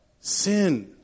sin